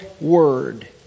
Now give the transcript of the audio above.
word